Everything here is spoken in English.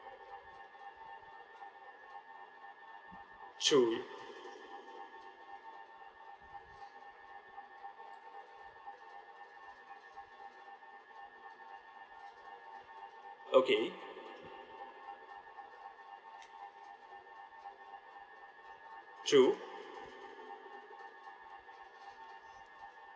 true okay true